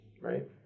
right